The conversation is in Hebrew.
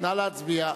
נא להצביע.